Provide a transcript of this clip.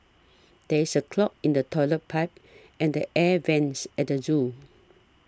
there is a clog in the Toilet Pipe and the Air Vents at the zoo